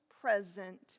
present